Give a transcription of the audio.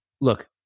look